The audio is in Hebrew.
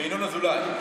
וינון אזולאי.